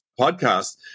podcast